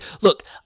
look